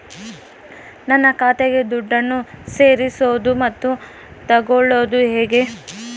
ನನ್ನ ಖಾತೆಗೆ ದುಡ್ಡನ್ನು ಸೇರಿಸೋದು ಮತ್ತೆ ತಗೊಳ್ಳೋದು ಹೇಗೆ?